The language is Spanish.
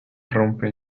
rompe